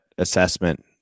assessment